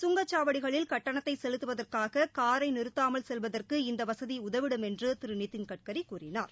கங்கச்சாவடிகளில் கட்டணத்தை செலுத்துவதற்காக காரை நிறுத்தாமல் செல்வதற்கு இந்த வசதி உதவிடும் என்றும் திரு நிதின்கட்கரி கூறினார்